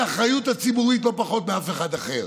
האחריות הציבורית לא פחות מכל אחד אחר.